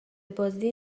بازی